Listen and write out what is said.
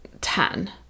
Ten